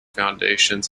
foundations